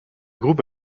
groupe